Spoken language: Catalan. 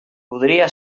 podria